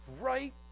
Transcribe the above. right